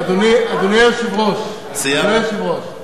אדוני היושב-ראש, אדוני היושב-ראש, סיימתְ?